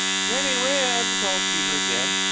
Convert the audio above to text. jenny wren! called peter again.